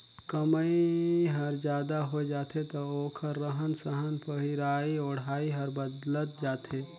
कमई हर जादा होय जाथे त ओखर रहन सहन पहिराई ओढ़ाई हर बदलत जाथे